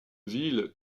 ville